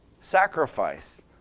sacrifice